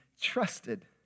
trusted